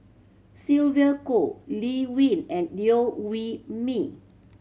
Sylvia Kho Lee Wen and Liew Wee Mee